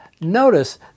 Notice